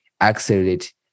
accelerate